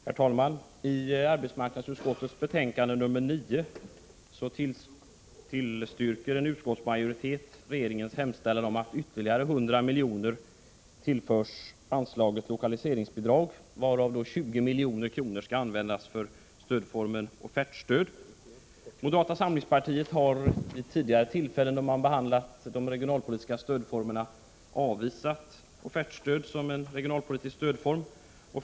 Herr talman! I arbetsmarknadsutskottets betänkande nr 9 tillstyrker en utskottsmajoritet regeringens hemställan om att ytterligare 100 miljoner tillförs anslaget för lokaliseringsbidrag, varav 20 miljoner skall användas för stödformen offertstöd. Moderata samlingspartiet har vid tidigare tillfällen då man behandlat de regionalpolitiska stödformerna avvisat offertstöd som en regionalpolitisk stödform.